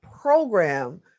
program